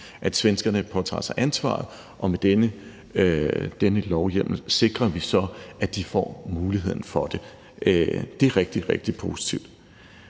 at svenskerne påtager sig ansvaret. Og med denne lovhjemmel sikrer vi så, at de får muligheden for det. Det er rigtig, rigtig positivt.